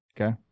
Okay